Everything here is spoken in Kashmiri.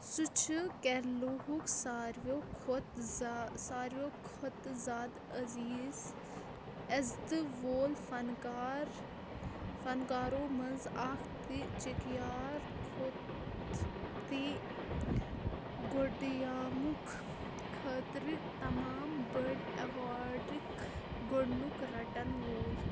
سُہ چھُ کیرلٕہُک سارویو کھۄتہٕ زا ساروی کھۄتہٕ زادٕ عزیٖز عزتہٕ وول فَنکار فَنکارو منٛز اَکھ تہِ چیٚکیار کھوٚتہٕ تہِ گۄڈٕیامُک خٲطرٕ تمام بٔڑۍ اٮ۪واڈٕک گۄڈٕنیُک رَٹَن وول